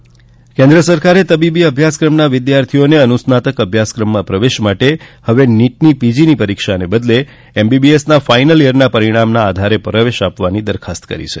NEET કેન્દ્ર સરકારે તબીબી અભ્યાસક્રમના વિદ્યાર્થીઓને અનુસ્નાતક અભ્યાસક્રમમાં પ્રવેશ માટે હવે નોટની પીજીની પરીક્ષાના બદલે એમબીબીએસના ફાઈનલ યરના પરીણામના આધારે પ્રવેશ આપવાની દરખાસ્ત કરી છે